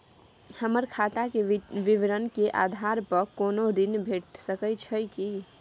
हमर खाता के विवरण के आधार प कोनो ऋण भेट सकै छै की?